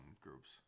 groups